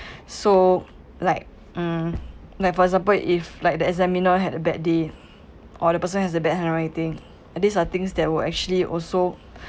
so like um like for example if like the examiner had a bad day or the person has a bad handwriting these are things that will actually also